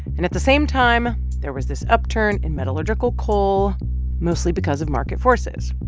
and at the same time, there was this upturn in metallurgical coal mostly because of market forces.